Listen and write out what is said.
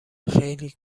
خیلی